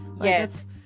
yes